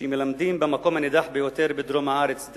שמלמדים במקום הנידח ביותר בדרום הארץ,